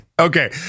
Okay